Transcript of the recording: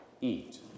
eat